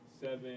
seven